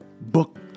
Book